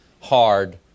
hard